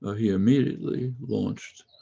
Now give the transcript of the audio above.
ah he immediately launched